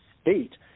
state